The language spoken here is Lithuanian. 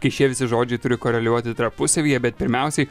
kai šie visi žodžiai turi koreliuoti tarpusavyje bet pirmiausiai